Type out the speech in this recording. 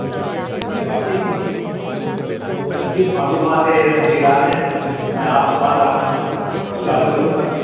اچھا ٹھیک ہے باقی کی جو مزید معلومات ہے یا تفصیلات ہیں میں آپ کے پاس آ کے میں اس کے حاصل کروں گا